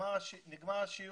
נגמר השיעור,